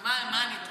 מה אני טוענת?